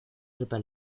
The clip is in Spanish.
propia